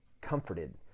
comforted